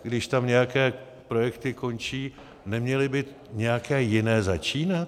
Když tam nějaké projekty končí, neměly by nějaké jiné začínat?